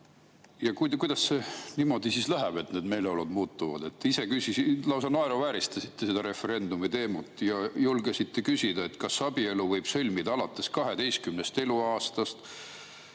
Kuidas see niimoodi läheb, et need meeleolud muutuvad? Ise lausa naeruvääristasite seda referendumi teemat ja julgesite küsida, kas abielu võib sõlmida alates 12. eluaastast,